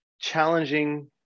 challenging